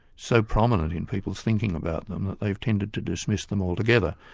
so prominent in people's thinking about them, that they've tended to dismiss them altogether.